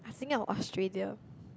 thinking of Australia